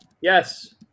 Yes